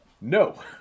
No